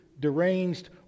deranged